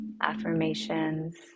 affirmations